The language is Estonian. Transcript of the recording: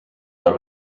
tal